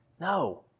No